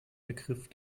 ergriff